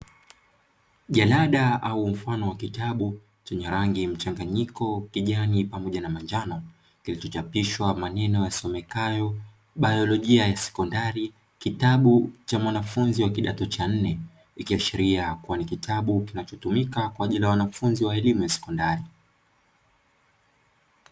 Jalada au mfano wa kitabu chenye rangi mchanganyiko kijani pamoja na manjano kilichochapishwa maneno yasomekayo "biolojia ya sekondari" "kitabu cha mwanafunzi wa kidato cha nne", ikiashiria kuwa ni kitabu kinachotumika kwa ajili ya wanafunzi wa elimu ya sekondari.